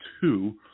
two